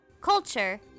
Culture